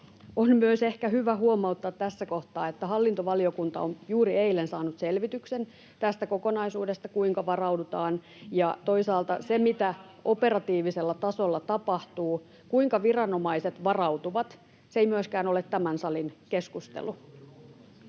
On myös ehkä hyvä huomauttaa tässä kohtaa, että hallintovaliokunta on juuri eilen saanut selvityksen tästä kokonaisuudesta, kuinka varaudutaan. [Leena Meri: Minä en ole hallintovaliokunnassa!] Toisaalta se, mitä operatiivisella tasolla tapahtuu, kuinka viranomaiset varautuvat, ei myöskään ole tämän salin keskustelu.